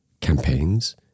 campaigns